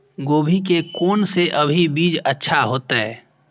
गोभी के कोन से अभी बीज अच्छा होते?